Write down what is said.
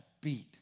beat